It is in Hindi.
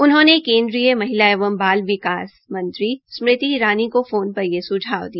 उन्होंने केन्द्रीय महिला एवं बाल विकास मंत्री स्मृति ईरानी को फोन पर यह स्झाव दिया